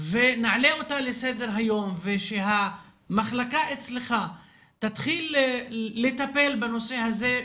ונעלה אותה לסדר היום ושהמחלקה אצלך תתחיל לטפל בנושא הזה,